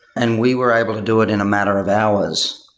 and we were able to do it in a matter of hours.